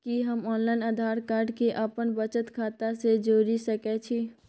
कि हम online Aadhaar card के अपन बचत खाता से जोरि सकै छी?